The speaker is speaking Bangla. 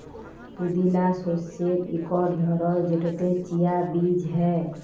পুদিলা শস্যের ইকট ধরল যেটতে চিয়া বীজ হ্যয়